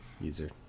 user